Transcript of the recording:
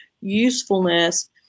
usefulness